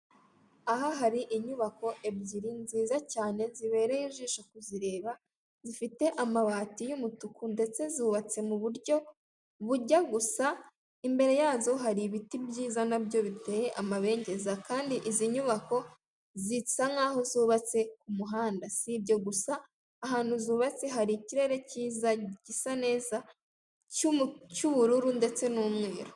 Aha hari inyubako ebyiri nziza cyane zibereye ijisho kuzireba, zifite amabati y'umutuku ndetse zubatse mu buryo bujya gusa, imbere yazo hari ibiti byiza na byo biteye amabengeza kandi izi nyubako zisa nk'aho zubatse ku muhanda, si ibyo gusa ahantu zubatse hari ikirere cyiza gisa neza cy'ubururu ndetse n'umweru.